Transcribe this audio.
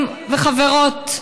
חברים וחברות,